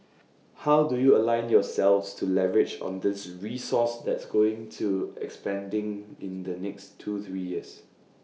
how do you align yourselves to leverage on this resource that's going to expanding in the next two three years